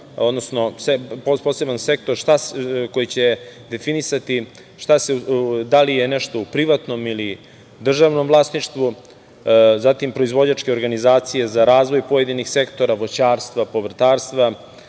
odnosno poseban sektor koji će definisati da li je nešto u privatnom ili u državnom vlasništvu, zatim proizvođačke organizacije za razvoj pojedinih sektora voćarstva, povrtarstva,